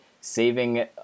saving